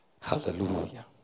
Hallelujah